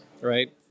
right